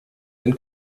den